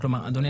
אדוני,